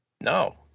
no